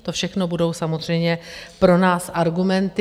To všechno budou samozřejmě pro nás argumenty.